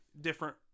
different